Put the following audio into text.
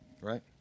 Right